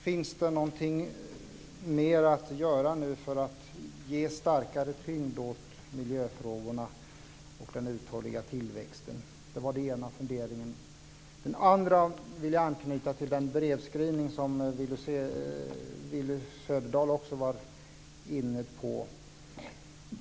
Finns det någonting mer konkret att göra för att ge starkare tyngd åt miljöfrågorna och den uthålliga tillväxten? Jag vill anknyta till den brevskrivning som Willy Söderdahl var inne på.